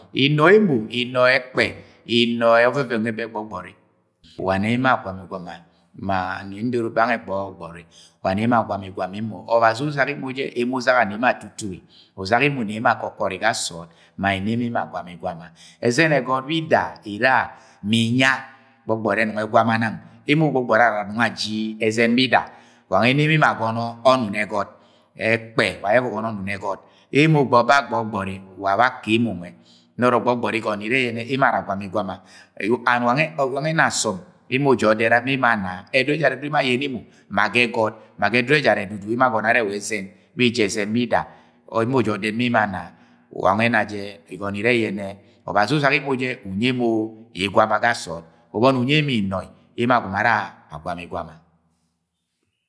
Inọi emo ma inọi ẹkpẹ, inoi ọvẹvẹn nwẹ bẹ gbọgbọri, wa nẹ emo agwama igwama. Ma nẹ ndoro bẹ gangẹ gbọgbọri wa ne emo ara agwama igwama emo. Obazi wẹ usaga emo, emo usaga ure sẹ emo atuturi, una emo akọkọri ga sọọd ma ẹna emo agwama igwama Ẹzẹnẹ ẹgọt bida era, ma inya gbọgbọri ẹrẹ ẹgwama nang. Emo gbọgbọri are aji ẹzẹn bidi Wangẹ ẹna emo agọnọ ọnua ẹgọt. Ẹkpẹ wa ayẹ ugọnọ ọnun ẹgọt, emo babẹ gbọgbọri wa bakemọ. Nọrọ gwud igọnọ ni ire yẹnẹ emo ara agwama igwama. Wangẹ ẹna asọn ja ọdẹt ma emo ana, ọ dudu ẹjara ẹdudu yẹ emo ayẹnẹ emo ma ga ẹgọt, ma ga ẹsudu ẹjara ẹdudu emo agọnọ arẹ wa ẹzẹn bẹ ere eji ẹzẹn bida, wangẹ ẹna emo ja ọdẹtima emo ana. Wa nwẹ igọnọ jẹ ire yẹnẹ Obazi usaga emo jẹ, unyi emo igwama ga sọọd ubọni unyi emo inọi agọmọ ara agwama igwama.